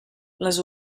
les